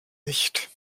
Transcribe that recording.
nicht